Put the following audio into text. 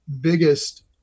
biggest